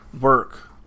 work